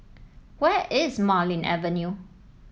where is Marlene Avenue